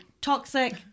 Toxic